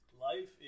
Life